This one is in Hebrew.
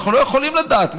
אנחנו לא יכולים לדעת,